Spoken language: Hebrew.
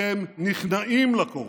אתם נכנעים לקורונה.